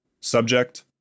Subject